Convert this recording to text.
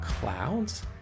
clouds